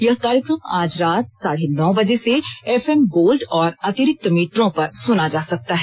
यह कार्यक्रम आज रात साढे नौ बजे से एफ एम गोल्ड और अतिरिक्त मीटरों पर सुना जा सकता है